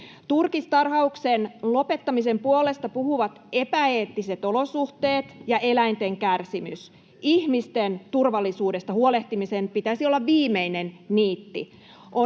Turkistarhauksen lopettamisen puolesta puhuvat epäeettiset olosuhteet ja eläinten kärsimys. Ihmisten turvallisuudesta huolehtimisen pitäisi olla viimeinen niitti.